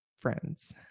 friends